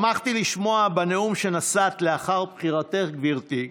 שמחתי לשמוע בנאום שנשאת לאחר בחירתך, גברתי,